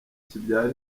kibyara